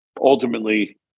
ultimately